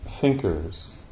thinkers